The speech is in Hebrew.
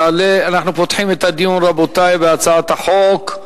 רבותי, אנחנו פותחים את הדיון בהצעת החוק.